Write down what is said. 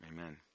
Amen